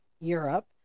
Europe